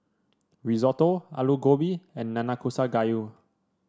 Risotto Alu Gobi and Nanakusa Gayu